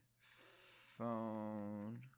phone